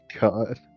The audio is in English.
God